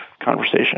conversation